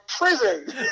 prison